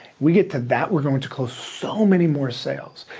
we get to that, we're going to close so many more sales.